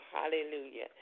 Hallelujah